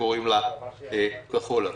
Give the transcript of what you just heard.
שקוראים לה "כחול לבן".